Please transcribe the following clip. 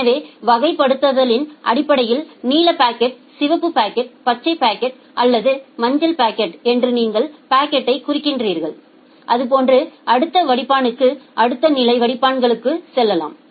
எனவே வகைப்படுத்தலின் அடிப்படையில் நீல பாக்கெட் சிவப்பு பாக்கெட் பச்சை பாக்கெட் அல்லது மஞ்சள் பாக்கெட் என்று நீங்கள் பாக்கெட்யை குறிக்கிறீர்கள் அதுபோன்ற அடுத்த வடிப்பானுக்கு அடுத்த நிலை வடிப்பான்களுக்குச் செல்லலாம்